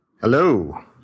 Hello